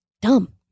dumb